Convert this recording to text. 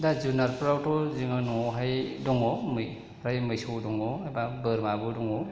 दा जुनारफ्राथ' जोङो न'आवहाय दङ फ्राय मोसौ दङ बा बोरमाबो दङ